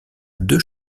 deux